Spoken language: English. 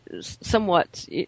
somewhat